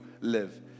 live